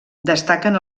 destaquen